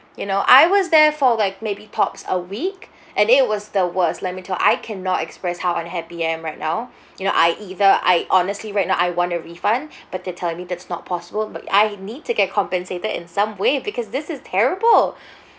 you know I was there for like maybe tops a week and it was the worst let me you I cannot express how unhappy I am right now you know I either I honestly right now I want a refund but but they're telling me that's not possible but I need to get compensated in some way because this is terrible